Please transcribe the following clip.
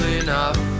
enough